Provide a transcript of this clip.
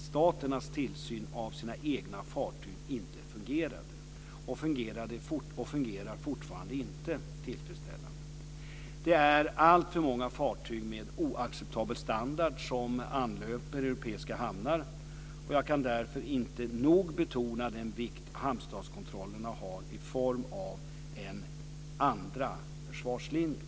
flaggstaternas tillsyn av sina egna fartyg inte fungerade - och fungerar fortfarande inte - tillfredsställande. Det är alltför många fartyg med oacceptabel standard som anlöper europeiska hamnar. Jag kan därför inte nog betona den vikt hamnstatskontrollerna har i form av "en andra försvarslinje".